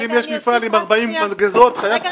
אז אם יש מפעל עם 40 מלגזות, חייב קצין בטיחות?